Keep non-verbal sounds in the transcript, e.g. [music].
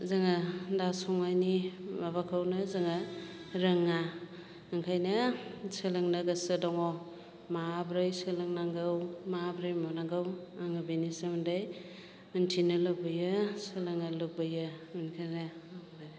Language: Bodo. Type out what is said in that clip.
जोङो दा संनायनि माबाखौनो जोङो रोङा बेनिखायनो सोलोंनो गोसो दङ माबोरै सोलोंनांगौ माबोरै मानांगौ आङो बेनि सोमोन्दोयै मिनथिनो लुबैयो सोलोंनो लुबैयो [unintelligible]